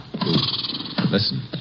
Listen